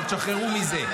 אבל תשחררו מזה,